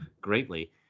greatly